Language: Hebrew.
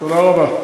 תודה רבה.